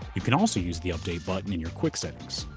you can also use the update button in your quick settings.